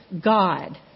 God